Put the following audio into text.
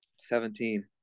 Seventeen